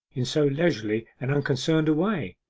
in so leisurely and unconcerned a way.